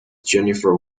jennifer